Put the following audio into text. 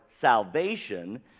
salvation